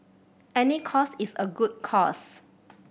any cause is a good cause